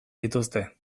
dituzte